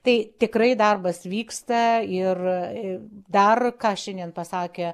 tai tikrai darbas vyksta ir dar ką šiandien pasakė